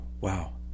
wow